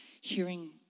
hearing